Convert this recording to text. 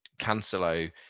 Cancelo